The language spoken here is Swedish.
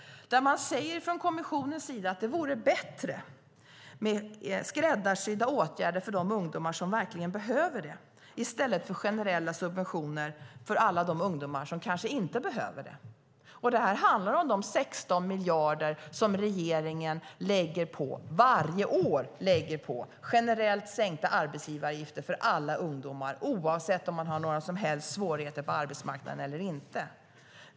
Kommissionen säger att det vore bättre med skräddarsydda åtgärder för de ungdomar som verkligen behöver det, i stället för generella subventioner för alla ungdomar, som kanske inte behöver det. Detta handlar om de 16 miljarder som regeringen varje år lägger på generellt sänkta arbetsgivaravgifter för alla ungdomar, oavsett om de har några som helst svårigheter på arbetsmarknaden eller inte.